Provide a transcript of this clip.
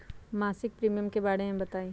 मासिक प्रीमियम के बारे मे बताई?